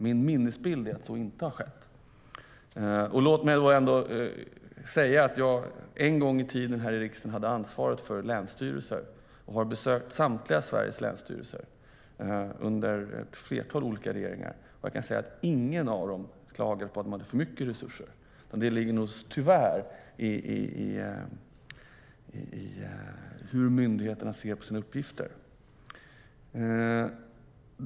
Min minnesbild är att så inte har skett, och låt mig då ändå säga att jag en gång i tiden här i riksdagen hade ansvaret för länsstyrelserna. Jag har besökt samtliga Sveriges länsstyrelser, under ett flertal olika regeringar, och jag kan säga att ingen av dem klagade på att de hade för mycket resurser. Det ligger nog tyvärr i stället i hur myndigheterna ser på sina uppgifter.